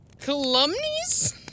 Calumnies